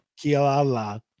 Kilala